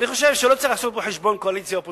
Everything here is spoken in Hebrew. אני חושב שלא צריך לעשות פה חשבון קואליציה-אופוזיציה.